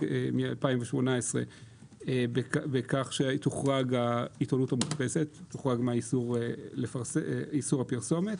מ-2018 בכך שתוחרג העיתונות המודפסת מאיסור הפרסומת.